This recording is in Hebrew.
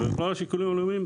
השיקולים הלאומיים,